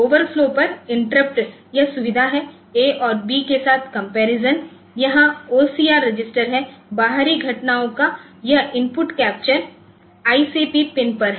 overflow पर interrupt यह सुविधा है ए और बी के साथ कंपैरिजनयहां ओसीआर रजिस्टर है बाहरी घटनाओं का यह इनपुट कैप्चर आईसीपी पिन पर है